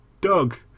Doug